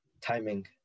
timing